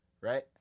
right